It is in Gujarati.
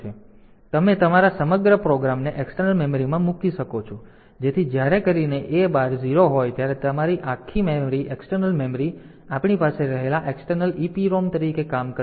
તેથી તમે તમારા સમગ્ર પ્રોગ્રામને એક્સટર્નલ મેમરીમાં મૂકી શકો છો જેથી કરીને જ્યારે A બાર 0 હોય ત્યારે તમારી આખી મેમરી એક્સટર્નલ મેમરી આપણી પાસે રહેલા એક્સટર્નલ EPROM તરીકે કામ કરશે